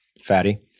fatty